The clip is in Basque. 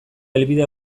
helbide